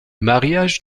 mariage